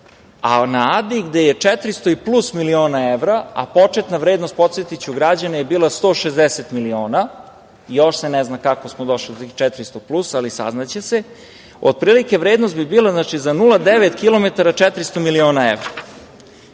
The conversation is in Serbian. a na Adi gde je 400 i plus miliona evra, a početna vrednost, podsetiću građane, je bila 160 miliona. Još se ne zna kako smo došli do tih 400 plus, ali saznaće se, otprilike, vrednost bi bila za 0,9 kilometara